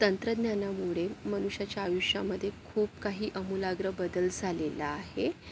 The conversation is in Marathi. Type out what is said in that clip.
तंत्रज्ञानामुळे मनुष्याच्या आयुष्यामध्ये खूप काही आमूलाग्र बदल झालेला आहे